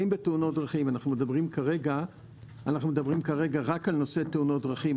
אנחנו מדברים כרגע רק על נושא תאונות דרכים,